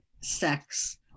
sex